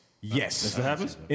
Yes